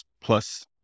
plus